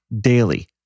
daily